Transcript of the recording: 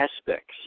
aspects